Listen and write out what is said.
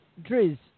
Driz